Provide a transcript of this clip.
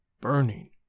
burning